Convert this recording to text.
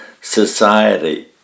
society